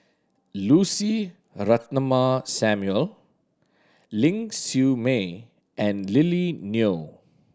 Lucy Ratnammah Samuel Ling Siew May and Lily Neo